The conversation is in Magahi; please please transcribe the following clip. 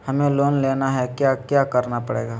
हमें लोन लेना है क्या क्या करना पड़ेगा?